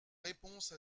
réponse